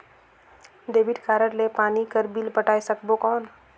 Debit card ले पानी कर बिल पटाय सकबो कौन?